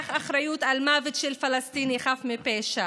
אחריות על מוות של פלסטיני חף מפשע.